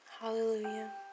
Hallelujah